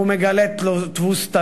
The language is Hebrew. והוא מגלה תבוסתנות,